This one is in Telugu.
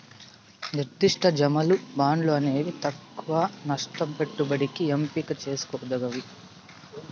నిర్దిష్ట జమలు, బాండ్లు అనేవి తక్కవ నష్ట పెట్టుబడికి ఎంపిక చేసుకోదగ్గవి